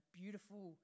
beautiful